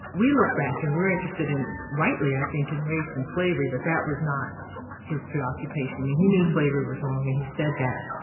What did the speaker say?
we look back, and we're interested in rightly, i think in race and slavery, but that was not his preoccupation. he knew slavery was wrong, and he said that.